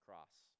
cross